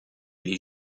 les